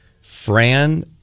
Fran